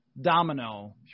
domino